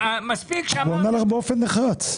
הוא עונה לך באופן נחרץ.